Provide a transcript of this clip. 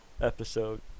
episode